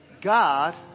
God